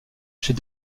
chez